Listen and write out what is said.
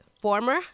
former